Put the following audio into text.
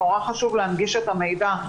נורא חשוב להנגיש את המידע.